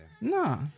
Nah